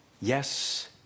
Yes